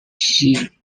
shi